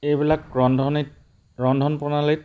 এইবিলাক ৰন্ধনিত ৰন্ধন প্ৰণালীত